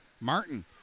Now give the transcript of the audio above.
Martin